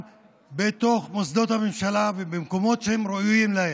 בתוך מוסדות הממשלה ובמקומות שהם ראויים להם,